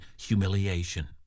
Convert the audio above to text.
humiliation